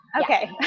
Okay